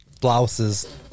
Blouses